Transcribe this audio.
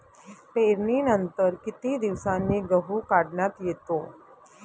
पेरणीनंतर किती दिवसांनी गहू काढण्यात येतो?